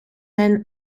men